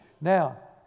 Now